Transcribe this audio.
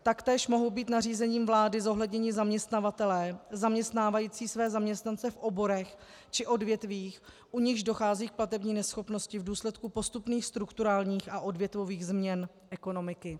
Taktéž mohou být nařízením vlády zohledněni zaměstnavatelé zaměstnávající své zaměstnance v oborech či odvětvích, u nichž dochází k platební neschopnosti v důsledku postupných strukturálních a odvětvových změn ekonomiky.